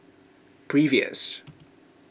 previous